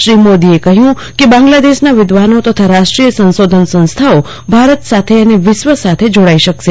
શ્રી મોદીએ કહ્યું કે બાંગ્લાદેશના વિદ્વાનો તથા રાષ્ટ્રીય સંશોધન સંસ્થાઓ ભારત સાથે અને વિશ્વ સાથે જોડાઇ શકશે